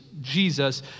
Jesus